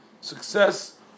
success